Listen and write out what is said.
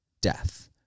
death